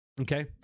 Okay